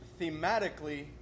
thematically